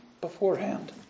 beforehand